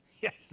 yes